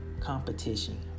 competition